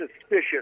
suspicious